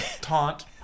Taunt